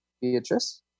Beatrice